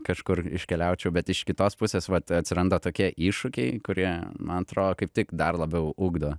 kažkur iškeliaučiau bet iš kitos pusės vat atsiranda tokie iššūkiai kurie man atro kaip tik dar labiau ugdo